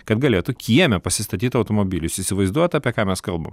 kad galėtų kieme pasistatyt automobilius jūs įsivaizduojat apie ką mes kalbam